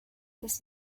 this